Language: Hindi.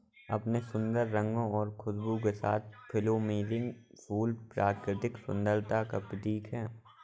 अपने सुंदर रंगों और खुशबू के साथ प्लूमेरिअ फूल प्राकृतिक सुंदरता का प्रतीक है